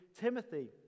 Timothy